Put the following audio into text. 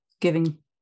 giving